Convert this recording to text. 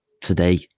today